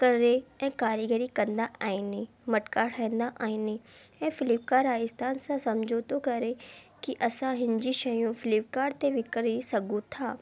ऐं कारीगरी कंदा आहिनि मटका ठाहींदा आहिनि ऐं फ्लिपकार्ट राजस्थान सां समझौतो करे कि असां हिन जी शयूं फ्लिपकार्ट ते विकिणे सघूं था